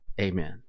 Amen